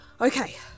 Okay